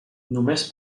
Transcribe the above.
només